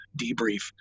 debrief